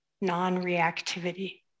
non-reactivity